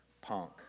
punk